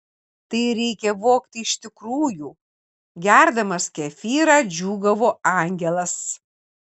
tai reikia vogti iš tikrųjų gerdamas kefyrą džiūgavo angelas